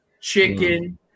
chicken